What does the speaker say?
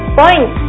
point